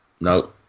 No